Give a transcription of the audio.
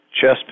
chest